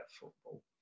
football